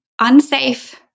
unsafe